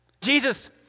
Jesus